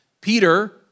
Peter